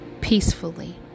peacefully